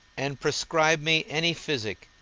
and prescribe me any physic.